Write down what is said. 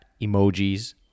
emojis